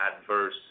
adverse